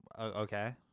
Okay